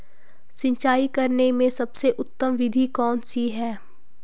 सिंचाई करने में सबसे उत्तम विधि कौन सी है?